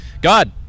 God